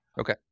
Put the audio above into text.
Okay